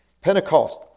Pentecost